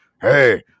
Hey